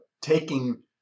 taking